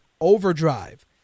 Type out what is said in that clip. Overdrive